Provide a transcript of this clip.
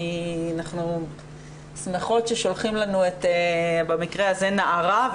אנחנו שמחות ששולחים לנו במקרה הזה נערה,